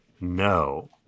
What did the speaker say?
no